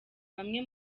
bamwe